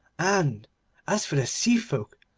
and as for the sea-folk,